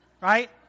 right